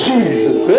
Jesus